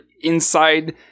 inside